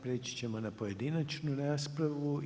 Prijeći ćemo na pojedinačnu raspravu.